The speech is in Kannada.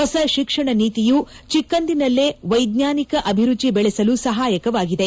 ಹೊಸ ಶಿಕ್ಷಣ ನೀತಿಯು ಚಿಕ್ಕಂದಿನಲ್ಲೇ ವೈಜ್ಞಾನಿಕ ಅಭಿರುಚಿ ಬೆಳೆಸಲು ಸಹಾಯಕವಾಗಿದೆ